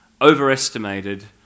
overestimated